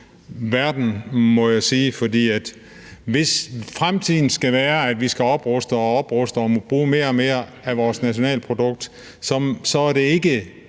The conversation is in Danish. verden, må jeg sige. For hvis fremtiden skal være, at vi skal opruste og opruste og bruge mere og mere af vores nationalprodukt på det, så er det ikke